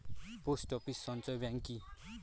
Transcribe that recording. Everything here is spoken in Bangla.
পোস্ট অফিস সঞ্চয় ব্যাংক কি?